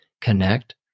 Connect